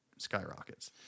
skyrockets